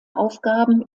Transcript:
aufgaben